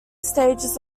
stages